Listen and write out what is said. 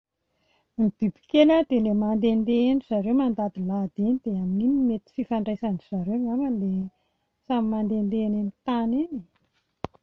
Ny bibikely dia ilay mandehandeha eny ry zareo dia mandadilady eny, iny no mety ho fifandraisan-dry zareo angambany ilay samy mandehandeha eny amin'ny tany eny